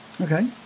Okay